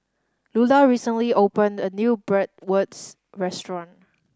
Lulla recently opened a new Bratwurst Restaurant